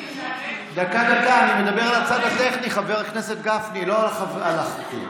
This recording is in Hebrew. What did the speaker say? אני מציע לך לא להיכנס לזה.